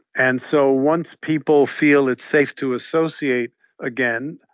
and so once people feel it's safe to associate again,